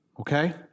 Okay